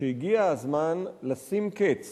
שהגיע הזמן לשים קץ